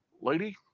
Lady